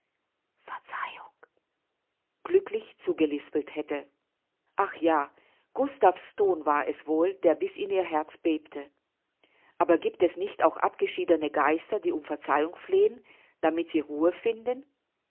verzeihung glücklich zugelispelt hätte ach ja gustav's ton war es wohl der bis in ihr herz bebte aber giebt es nicht auch abgeschiedene geister die um verzeihung flehen damit sie ruhe finden